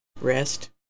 rest